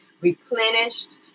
replenished